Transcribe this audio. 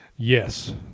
Yes